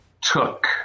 took